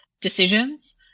decisions